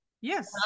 Yes